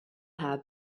have